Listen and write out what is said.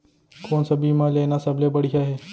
कोन स बीमा लेना सबले बढ़िया हे?